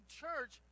church